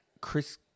Chris